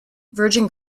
virgin